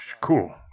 cool